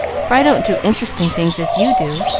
for i don't do interesting things as you do,